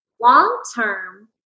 long-term